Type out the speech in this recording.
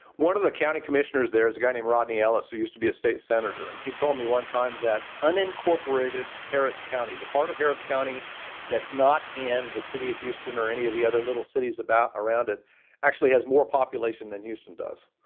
one of the county commissioners there is a guy named rodney ellis, who used to be a state senator. and he told me one time that unincorporated harris county, the part of harris county that's not in the city of houston or any of the other little cities about around it actually has more population than houston does.